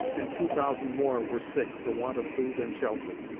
and two thousand more were sick for want of food and shelter.